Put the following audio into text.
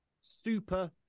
super